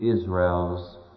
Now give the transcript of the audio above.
Israel's